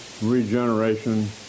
regeneration